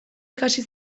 ikasi